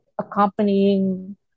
accompanying